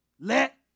Let